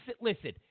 listen